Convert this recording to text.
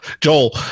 Joel